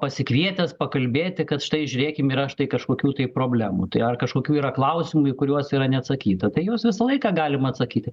pasikvietęs pakalbėti kad štai žiūrėkim yra štai kažkokių tai problemų tai ar kažkokių yra klausimų kuriuos yra neatsakyta tai juos visą laiką galima atsakyti